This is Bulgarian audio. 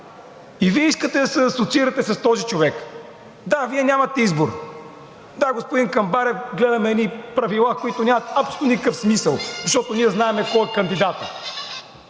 И Вие искате да се асоциирате с този човек? Да, Вие нямате избор. Да, господин Камбарев, гледам едни правила, които нямат абсолютно никакъв смисъл, защото ние знаем кой е кандидатът,